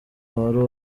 wari